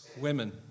women